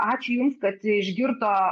ačiū jums kad išgirdo